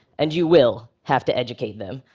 and you will have to educate them.